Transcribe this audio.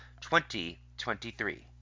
2023